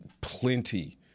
plenty